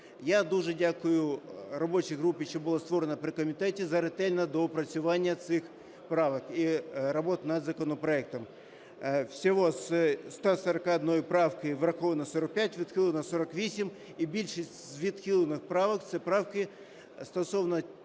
Я дуже дякую робочій групі, що була створена при комітеті, за ретельне доопрацювання цих правок і роботу над законопроектом. Всього з 141 правки враховано – 45, відхилено – 48, і більшість з відхилених правок – це правки стосовно